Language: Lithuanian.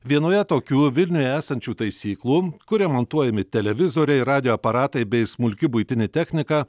vienoje tokių vilniuje esančių taisyklų kur remontuojami televizoriai radijo aparatai bei smulki buitinė technika